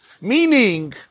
Meaning